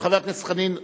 אבל חבר הכנסת חנין,